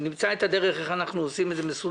נמצא את הדרך איך אנחנו עושים את זה מסודר,